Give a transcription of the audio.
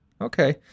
Okay